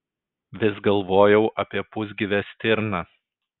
vis galvojau apie pusgyvę stirną